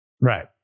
Right